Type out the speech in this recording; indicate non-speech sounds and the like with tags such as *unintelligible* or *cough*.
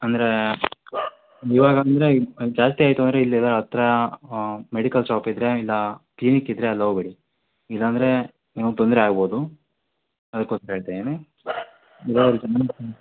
ಅಂದರೆ ಇವಾಗ ಅಂದರೆ ಜಾಸ್ತಿ ಆಯಿತು ಅಂದರೆ ಇಲ್ಲೆಲ್ಲ ಹತ್ರ ಮೆಡಿಕಲ್ ಶಾಪ್ ಇದ್ದರೆ ಇಲ್ಲ ಕ್ಲಿನಿಕ್ಕಿದ್ದರೆ ಅಲ್ಲೋಗ್ಬಿಡಿ ಇಲ್ಲಾಂದರೆ ನಿಮಗೆ ತೊಂದರೆ ಆಗ್ಬೋದು ಅದಕ್ಕೋಸ್ಕರ ಹೇಳ್ತಾಯಿದಿನಿ *unintelligible*